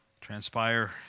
Transpire